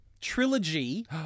Trilogy